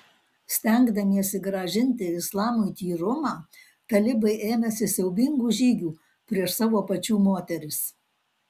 stengdamiesi grąžinti islamui tyrumą talibai ėmėsi siaubingų žygių prieš savo pačių moteris